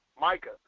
Micah